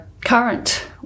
current